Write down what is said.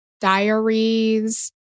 diaries